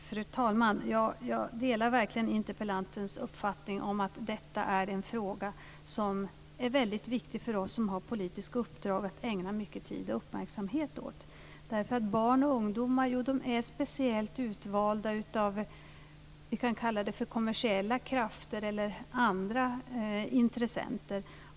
Fru talman! Jag delar verkligen interpellantens uppfattning om att detta är en fråga som är väldigt viktig för oss som har politiska uppdrag att ägna mycket tid och uppmärksamhet åt. Barn och ungdomar är speciellt utvalda av vad vi kan kalla för kommersiella krafter eller andra intressenter.